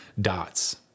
dots